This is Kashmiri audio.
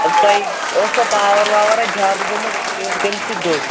ٲں تۄہہِ اوسوا پاوَر واوَر اَتہِ زیٛادٕ گوٚمُت فیز کٔمہِ سۭتۍ دوٚد